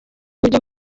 buryo